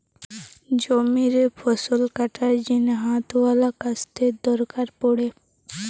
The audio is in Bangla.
জমিরে ফসল কাটার জিনে হাতওয়ালা কাস্তের দরকার পড়ে